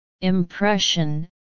impression